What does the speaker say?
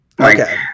Okay